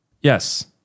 Yes